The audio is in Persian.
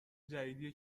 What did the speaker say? جدیدیه